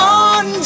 on